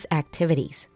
activities